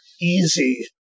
easy